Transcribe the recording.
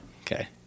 Okay